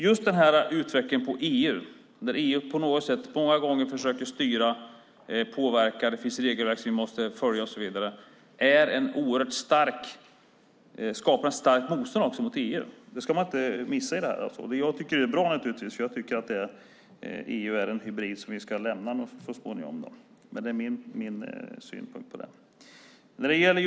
Just den här utvecklingen när det gäller EU, att EU många gånger försöker styra och påverka, att det finns regelverk som vi måste följa och så vidare, skapar också ett starkt motstånd mot EU. Det ska man inte missa. Jag tycker naturligtvis att det är bra, för jag tycker att EU är en hybrid som vi så småningom ska lämna, men det är min synpunkt.